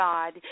God